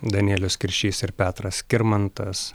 danielius kiršys ir petras skirmantas